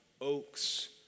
oaks